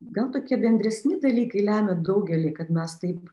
gal tokie bendresni dalykai lemia daugelį kad mes taip